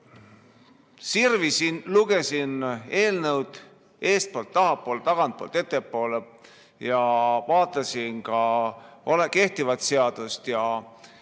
Sirvisin, lugesin eelnõu eespoolt tahapoole ja tagantpoolt ettepoole ning vaatasin ka kehtivat seadust,